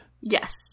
Yes